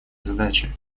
задачи